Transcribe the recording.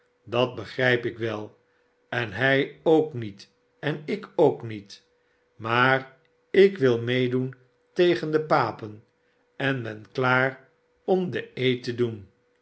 dat begrijp ik wel en hij ook niet en ik ook niet maar ik wil meedoen tegen de papen en ben klaar om den eed te doen